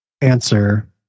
answer